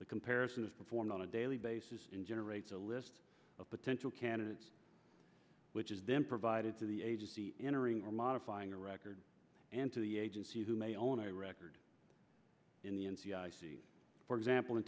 the comparison is performed on a daily basis in generates a list of potential candidates which is then provided to the agency entering or modifying a record and to the agency who may own a record in the n c i c for example in